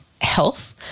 health